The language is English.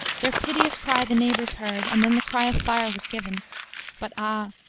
their piteous cry the neighbors heard, and then the cry of fire was given but, ah!